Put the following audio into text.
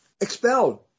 expelled